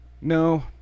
No